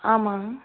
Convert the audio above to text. ஆமாம்ங்